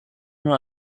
nur